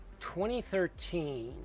2013